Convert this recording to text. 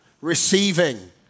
receiving